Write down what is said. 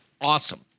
awesome